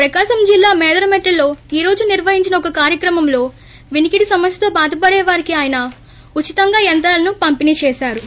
ప్రకాశం జిల్లా మేదరమెట్లలో ఈ రోజు నిర్వహించిన ఒక కార్యక్రమంలో వినికిడి సమస్యతో బాధపడేవారికి ఆయన ఉచితంగా యంత్రాలను పంపిణీ చేశారు